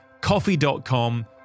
coffee.com